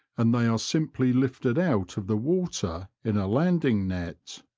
and they are simply lifted out of the water in a landing-net.